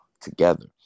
together